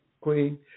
Queen